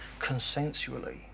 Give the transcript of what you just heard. consensually